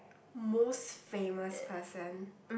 most famous person